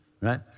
right